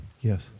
Yes